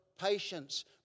patience